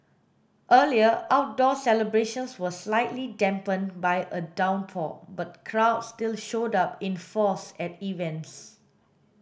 earlier outdoor celebrations were slightly dampened by a downpour but crowds still showed up in force at events